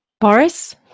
Boris